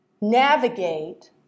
navigate